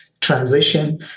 transition